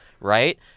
Right